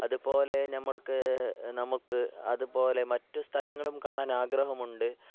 അതു പോലെ നമ്മൾക്ക് നമുക്ക് അതു പോലെ മറ്റ് സ്ഥലങ്ങളും കാണാൻ ആഗ്രഹമുണ്ട്